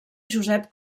josep